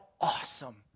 awesome